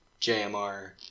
jmr